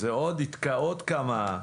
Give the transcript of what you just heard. זה יתקע עוד כמה,